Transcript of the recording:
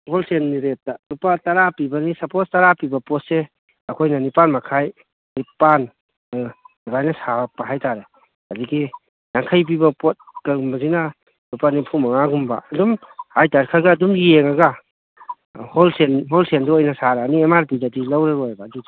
ꯍꯣꯜꯁꯦꯜꯒꯤ ꯔꯦꯠꯇ ꯂꯨꯄꯥ ꯇꯔꯥ ꯄꯤꯕꯒꯤ ꯁꯞꯄꯣꯁ ꯂꯨꯄꯥ ꯇꯔꯥ ꯄꯤꯕ ꯄꯣꯠꯁꯦ ꯑꯩꯈꯣꯏꯅ ꯅꯤꯄꯥꯟ ꯃꯈꯥꯏ ꯅꯤꯄꯥꯟ ꯑꯗꯨꯃꯥꯏꯅ ꯁꯥꯔꯛꯄ ꯍꯥꯏꯇꯥꯔꯦ ꯑꯗꯒꯤ ꯌꯥꯡꯈꯩꯄꯤꯕ ꯄꯣꯠ ꯇꯝꯕꯁꯤꯅ ꯂꯨꯄꯥ ꯅꯤꯐꯨ ꯃꯉꯥꯒꯨꯝꯕ ꯑꯗꯨꯝ ꯍꯥꯏꯇꯥꯔꯦ ꯈꯔ ꯈꯔ ꯑꯗꯨꯝ ꯌꯦꯡꯉꯒ ꯍꯣꯜꯁꯦꯜꯗ ꯑꯣꯏꯅ ꯁꯥꯔꯛꯑꯅꯤ ꯑꯦꯝ ꯃꯥꯔ ꯄꯤꯗꯗꯤ ꯂꯧꯔꯔꯣꯏꯕ ꯑꯗꯨꯗꯣ